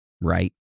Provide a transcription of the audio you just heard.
right